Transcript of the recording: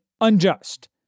unjust